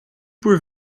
por